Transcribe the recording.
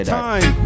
time